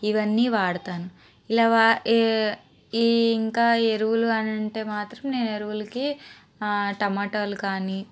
ఇవన్నీ వాడతాను ఇలా వా ఈ ఇంకా ఎరువులు అని అంటే మాత్రం నేను ఎరువులకి టమటాలు కాని